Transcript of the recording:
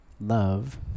love